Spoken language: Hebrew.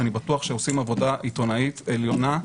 שאני בטוח שעושים עבודה עיתונאית עליונה,